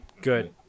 Good